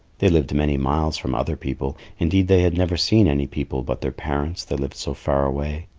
they lived many miles from other people indeed they had never seen any people but their parents, they lived so far away.